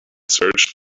searched